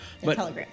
Telegram